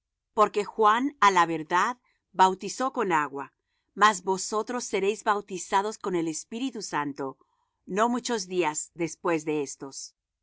porque juan á la verdad bautizó con agua mas vosotros seréis bautizados con el espíritu santo no muchos días después de estos